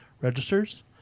registers